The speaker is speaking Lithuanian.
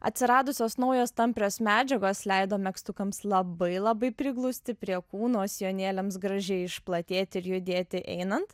atsiradusios naujos tamprios medžiagos leido megztukams labai labai priglusti prie kūno o sijonėliams gražiai išplatėti ir judėti einant